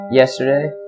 yesterday